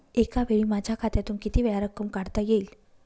एकावेळी माझ्या खात्यातून कितीवेळा रक्कम काढता येईल?